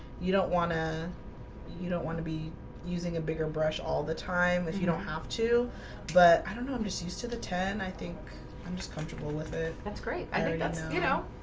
you don't want to you don't want to be using a bigger brush all the time if you don't have to but i don't know i'm just used to the ten. i think i'm just comfortable with it. that's great i think that's you know,